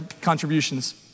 contributions